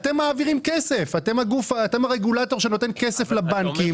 אתם מעבירים כסף, אתם הרגולטור שנותן כסף לבנקים.